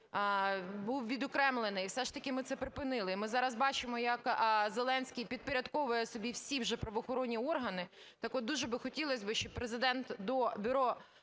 був відокремлений, і все ж таки ми це припинили. І ми зараз бачимо, як Зеленський підпорядковує собі всі вже правоохоронні органи, так от дуже б хотілося, щоб Президент до… Бюро